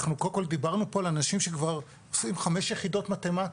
אנחנו קודם כול דיברנו פה על אנשים שכבר עושים חמש יחידות מתמטיקה,